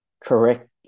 correct